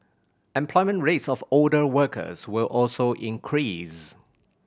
employment rates of older workers will also increase